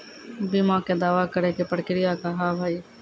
बीमा के दावा करे के प्रक्रिया का हाव हई?